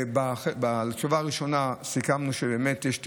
בתשובה הראשונה סיכמנו שבאמת יש תכנון,